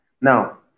Now